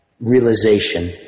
realization